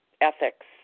ethics